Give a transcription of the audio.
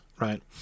right